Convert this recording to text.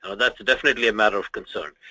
ah that's definitely a matter of concern.